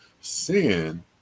sin